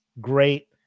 great